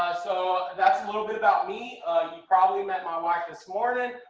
so that's a little bit about me. you probably met my wife this morning,